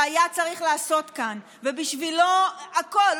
שהיה צריך לעשות כאן ובשבילו הכול,